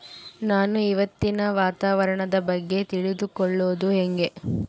ನಾನು ಇವತ್ತಿನ ವಾತಾವರಣದ ಬಗ್ಗೆ ತಿಳಿದುಕೊಳ್ಳೋದು ಹೆಂಗೆ?